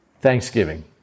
Thanksgiving